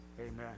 amen